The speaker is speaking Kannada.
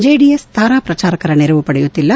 ಚೆಡಿಎಸ್ ತಾರಾ ಕ್ರೆಚಾರಕರ ನೆರವು ಪಡೆಯುತ್ತಿಲ್ಲ